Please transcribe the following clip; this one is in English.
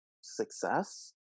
success